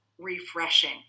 refreshing